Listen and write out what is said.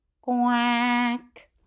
Quack